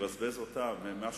והבה, בבקשה.